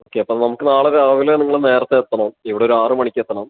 okay അപ്പൊൾ നമുക്ക് നാളെ രാവിലെ നിങ്ങൾ നേരത്തെ എത്തണം ഇവിടെ ഒരു ആറ് മണിക്ക് എത്തണം